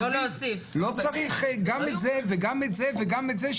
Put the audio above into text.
לא צריך גם את זה וגם את זה וגם את זה,